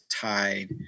tied